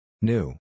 New